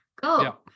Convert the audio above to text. go